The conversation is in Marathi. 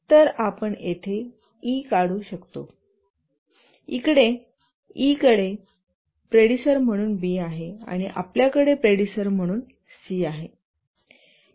तर आपण येथे ई काढू शकतो ईकडे प्रेडिसर म्हणून बी आहे आणि आपल्याकडे प्रेडिसर म्हणून सी आहे